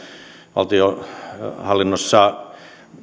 valtionhallinnossa